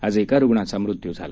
आज एका रुग्णाचा मृत्यू झाला